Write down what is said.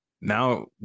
now